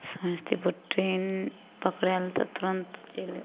Samastipur train पकड़ाएल तऽ तुरन्त चैल देलौं